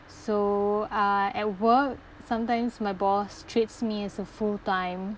so uh at work sometimes my boss treats me as a full time